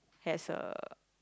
has a